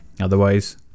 otherwise